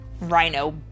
Rhino